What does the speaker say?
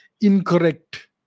incorrect